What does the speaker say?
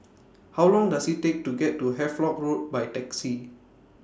How Long Does IT Take to get to Havelock Road By Taxi